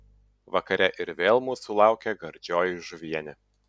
vakare ir vėl mūsų laukė gardžioji žuvienė